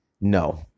No